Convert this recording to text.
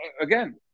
again